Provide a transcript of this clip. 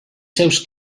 seus